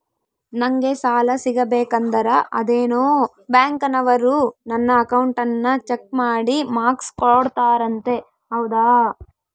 ನಂಗೆ ಸಾಲ ಸಿಗಬೇಕಂದರ ಅದೇನೋ ಬ್ಯಾಂಕನವರು ನನ್ನ ಅಕೌಂಟನ್ನ ಚೆಕ್ ಮಾಡಿ ಮಾರ್ಕ್ಸ್ ಕೋಡ್ತಾರಂತೆ ಹೌದಾ?